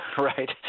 right